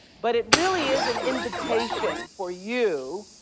but it really is an invitation for you,